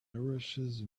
nourishes